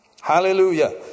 Hallelujah